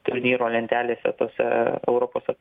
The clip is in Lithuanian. turnyro lentelėse tose europos ar